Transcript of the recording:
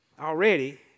already